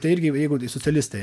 tai irgi jeigu socialistai